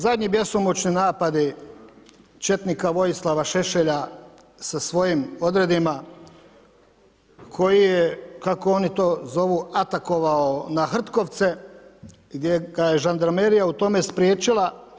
Zadnji bjesomučni napadi četnika Vojislava Šešelja sa svojim odredima koji je, kako oni to zovu, atakovao na Hrtkovce, gdje ga je žandarmerija u tome spriječila.